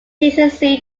jason